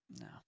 No